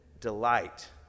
delight